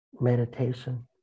meditation